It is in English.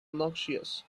noxious